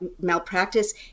malpractice